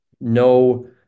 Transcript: no